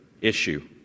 issue